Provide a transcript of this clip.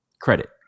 credit